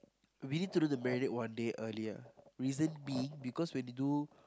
we need to do the marinate one day earlier reason being because when they do